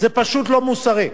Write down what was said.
גם לא את גמלאי צה"ל.